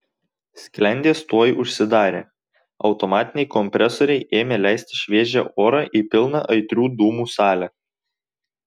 sklendės tuoj užsidarė automatiniai kompresoriai ėmė leisti šviežią orą į pilną aitrių dūmų salę